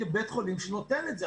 אתם בית החולים שנותן את זה.